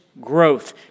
growth